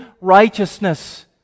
righteousness